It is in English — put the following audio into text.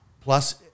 plus